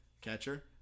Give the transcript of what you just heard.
catcher